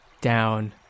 down